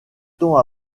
temps